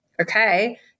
okay